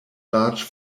large